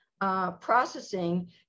processing